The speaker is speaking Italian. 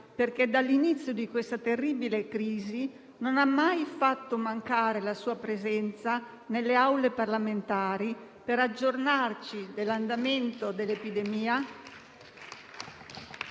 perché dall'inizio di questa terribile crisi non ha mai fatto mancare la sua presenza nelle Aule parlamentari per aggiornarci sull'andamento dell'epidemia